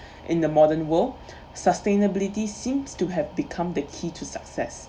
in the modern world sustainability seems to have become the key to success